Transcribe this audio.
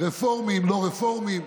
רפורמים, לא רפורמים.